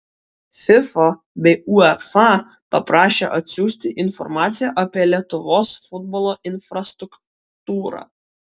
fifa bei uefa paprašė atsiųsti informaciją apie lietuvos futbolo infrastruktūrą